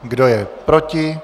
Kdo je proti?